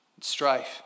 strife